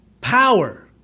power